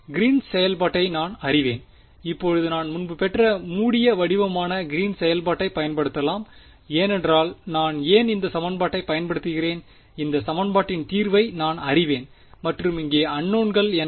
Green's green's செயல்பாட்டை நான் அறிவேன் இப்போது நான் முன்பு பெற்ற மூடிய வடிவமான கிரீன்ஸ் green's வெளிப்பாட்டைப் பயன்படுத்தலாம் ஏனென்றால் நான் ஏன் இந்த சமன்பாட்டைப் பயன்படுத்துகிறேன் இந்த சமன்பாட்டின் தீர்வை நான் அறிவேன் மற்றும் இங்கே அன்னோன்கள் என்ன